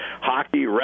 hockey